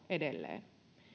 edelleen